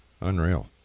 Unreal